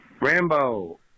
Rambo